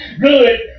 Good